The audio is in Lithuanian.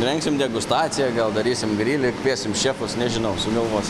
rengsim degustaciją gal darysim grilį kviesim šefus nežinau sugalvos